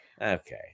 okay